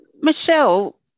Michelle